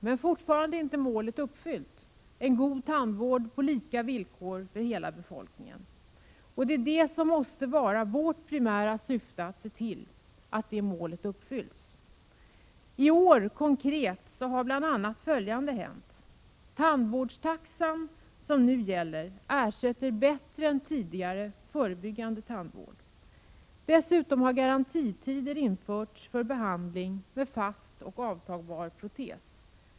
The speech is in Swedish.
Men fortfarande är inte målet — en god tandvård på lika villkor för hela befolkningen — helt uppfyllt. Och vårt primära syfte måste vara att se till att det målet uppfylls. I år har konkret bl.a. följande hänt. Den tandvårdstaxa som nu gäller ersätter bättre än tidigare kostnader för förebyggande tandvård. Dessutom har garantitider införts för behandling med fast och avtagbar protes.